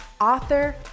author